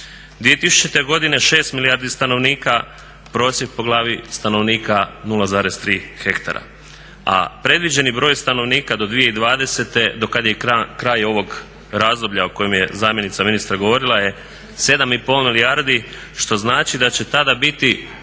2000. 6 milijardi stanovnika prosjek po glavni stanovnika 0,3 hektara. A predviđeni broj stanovnika do 2020.do kad je i kraj ovog razdoblja o kojem je zamjenica ministra govorila je 7,5 milijardi što znači da će tada biti